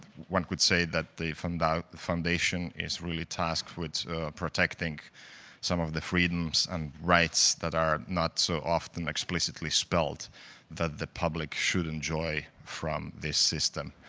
one could say that they found out the foundation is really tasked with protecting some of the freedoms and rights that are not so often explicitly spelled that the public should enjoy from this system.